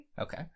Okay